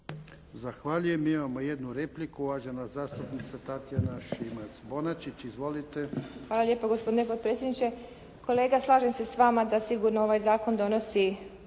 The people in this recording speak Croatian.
Zahvaljujem. Imamo jednu repliku, uvažena zastupnica Tatjana Šimac-Bonačić. Izvolite. **Šimac Bonačić, Tatjana (SDP)** Hvala lijepo gospodine predsjedniče. Kolega slažem se s vama da sigurno ovaj zakon donosi,